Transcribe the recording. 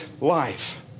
life